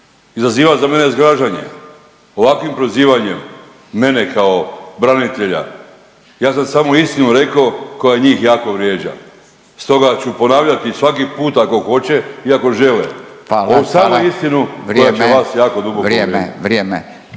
izaziva za mene zgražanje ovakvim prozivanjem mene kao branitelja. Ja sam samo istinu rekao koja njih jako vrijeđa. Stoga ću ponavljati svaki put ako hoće i ako žele ovu stvarnu istinu …/Upadica: Hvala,